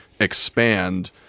expand